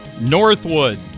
Northwood